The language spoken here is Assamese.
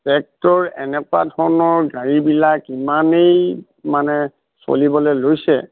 ট্ৰেক্টৰ এনেকুৱা ধৰণৰ গাড়ীবিলাক ইমানেই মানে চলিবলৈ লৈছে